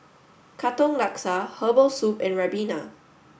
Katong Laksa Herbal Soup and Ribena